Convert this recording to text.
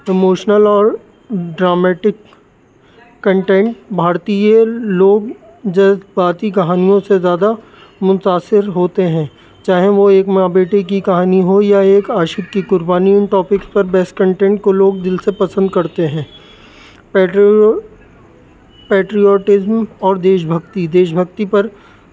emotional اور dramatic content بھارتیہ لوگ جذباتی کہانیوں سے زیادہ متاثر ہوتے ہیں چاہے وہ ایک ماں بییٹے کی کہانی ہو یا ایک عاشق کی قربانی ٹاپکس پر بیسٹ کنٹینٹ کو لوگ دل سے پسند کرتے ہیں پیٹری پیٹریوٹزم اور دیش بھکتی دیش بھکتی پر